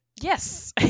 Yes